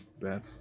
bad